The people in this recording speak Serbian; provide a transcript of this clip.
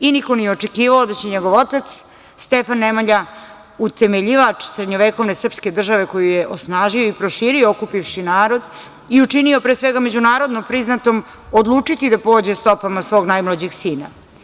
Niko nije očekivao da će njegov otac Stefan Nemanja, utemeljivač srednjovekovne srpske države koju je osnažio i proširio okupivši narod i učinio međunarodno priznatim, odlučiti da pođe stopama svog najmlađeg sina.